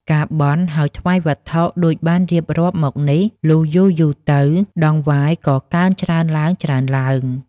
ការបន់ ហើយថ្វាយវត្ថុដូចបានរៀបរាប់មកនេះ លុះយូរៗទៅតង្វាយក៏កើនច្រើនឡើងៗ។